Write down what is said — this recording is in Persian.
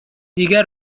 دیگر